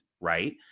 Right